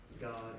God